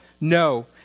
No